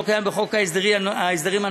לא קיים בחוק ההסדרים הנוכחי,